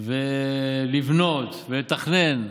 ולבנות ולתכנן.